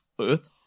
Earth